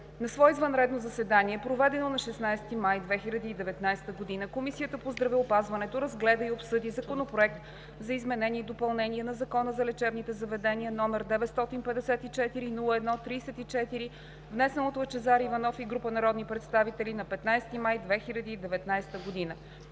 На свое извънредно заседание, проведено на 16 май 2019 г., Комисията по здравеопазването разгледа и обсъди Законопроект за изменение и допълнение на Закона за лечебните заведения, № 954 01-34, внесен от Лъчезар Иванов и група народни представители на 15 май 2019 г.